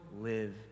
live